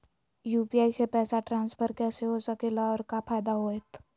UPI से पैसा transfer कैसे हो सके ला और का फायदा होएत?